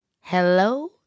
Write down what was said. Hello